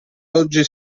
oggi